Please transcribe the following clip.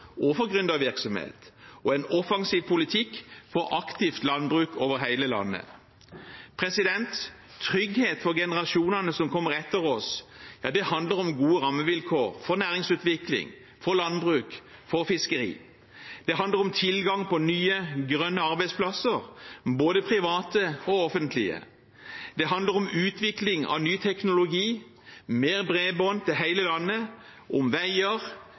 og for gründervirksomhet og en offensiv politikk for et aktivt landbruk over hele landet. Trygghet for generasjonene som kommer etter oss, handler om gode rammevilkår for næringsutvikling, landbruk og fiskeri. Det handler om tilgang på nye, grønne arbeidsplasser – både private og offentlige. Det handler om utvikling av ny teknologi, mer bredbånd til hele landet, om veier,